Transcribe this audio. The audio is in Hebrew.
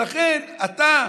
ולכן אתה,